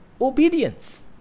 obedience